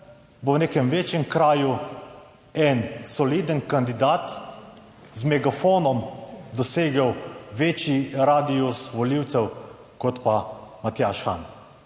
Bo v nekem večjem kraju en soliden kandidat z megafonom dosegel večji radius volivcev kot pa Matjaž Han.